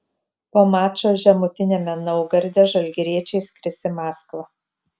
po mačo žemutiniame naugarde žalgiriečiai skris į maskvą